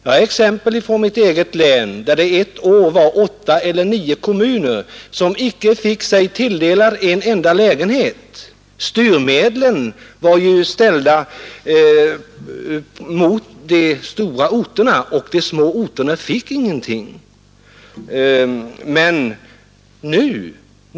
Jag har exempel från mitt eget län där det ett år var åtta eller nio kommuner som icke fick sig tilldelade en enda lägenhet. Styrmedlen var inställda på de stora orterna, och de små orterna fick ingenting.